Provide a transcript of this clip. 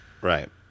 Right